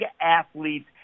athletes